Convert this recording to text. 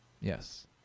yes